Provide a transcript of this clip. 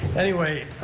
anyway,